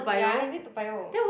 ya he stay Toa-Payoh